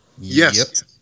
Yes